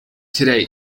today